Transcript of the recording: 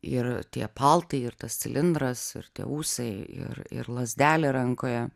ir tie paltai ir tas cilindras ir tie ūsai ir ir lazdelė rankoje